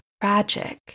tragic